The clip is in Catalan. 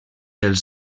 els